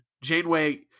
Janeway